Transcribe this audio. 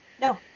No